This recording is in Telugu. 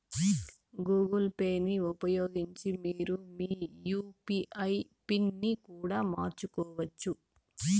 గూగుల్ పేని ఉపయోగించి మీరు మీ యూ.పీ.ఐ పిన్ ని కూడా మార్చుకోవచ్చు